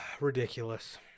Ridiculous